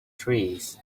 trees